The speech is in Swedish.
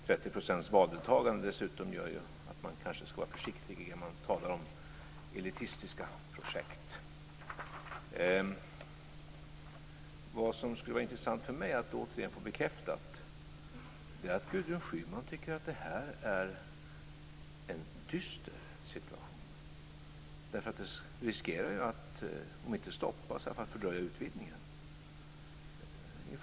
30 procents valdeltagande dessutom gör att man kanske ska vara försiktig när man talar om elitistiska projekt. Vad som skulle vara intressant för mig att återigen få bekräftat är att Gudrun Schyman tycker att det här är en dyster situation. Den riskerar ju att, om inte stoppa så i alla fall fördröja utvidgningen.